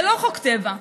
זה לא חוק טבע.